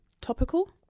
Topical